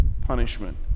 punishment